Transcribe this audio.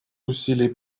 усилий